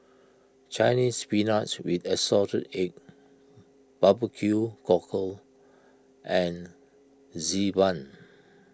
Chinese Spinach with Assorted Eggs Barbecue Cockle and Xi Ban